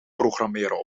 programmeren